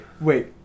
Wait